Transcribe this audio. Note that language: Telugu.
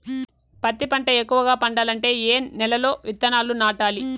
పత్తి పంట ఎక్కువగా పండాలంటే ఏ నెల లో విత్తనాలు నాటాలి?